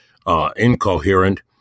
Incoherent